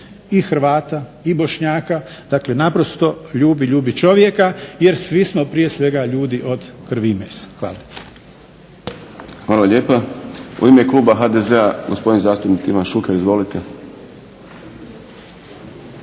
i Hrvata, i Bošnjaka dakle naprosto ljubi, ljubi čovjeka jer smo prije svega ljudi od krvi i mesa. Hvala. **Šprem, Boris (SDP)** Hvala lijepa. U ime kluba HDZ-a gospodin zastupnik Ivan Šuker. Izvolite.